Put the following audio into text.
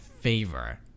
favor